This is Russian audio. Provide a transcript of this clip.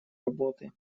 работы